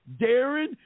Darren